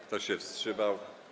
Kto się wstrzymał?